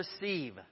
receive